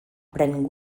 pren